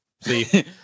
see